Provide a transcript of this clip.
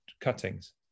cuttings